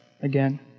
again